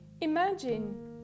Imagine